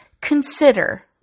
consider